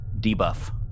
debuff